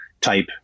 type